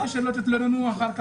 אתה אומר שמראש נפגע בזכויות אחר.